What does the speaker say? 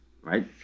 right